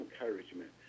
encouragement